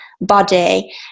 body